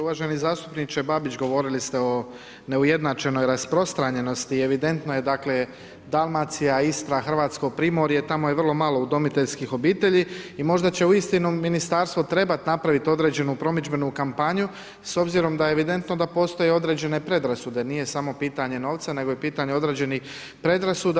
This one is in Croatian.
Uvaženi zastupniče Babić, govorili ste o neujednačenoj rasprostranjenosti i evidentno je dakle, Dalmacija, Istra, Hrvatsko primorje, tamo je vrlo malo udomiteljskih obitelji i možda će uistinu ministarstvo trebat napravit određenu promidžbenu kampanju s obzirom da je evidentno da postoje određene predrasude, da nije samo pitanje novca, nego je pitanje određenih predrasuda.